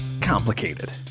complicated